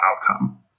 outcome